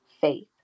Faith